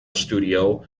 studio